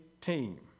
team